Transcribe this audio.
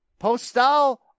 Postal